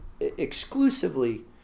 Exclusively